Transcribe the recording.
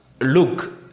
look